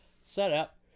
setup